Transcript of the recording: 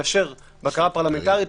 מאפשר בקרה פרלמנטרית,